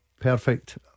Perfect